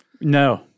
No